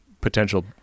potential